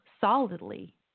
solidly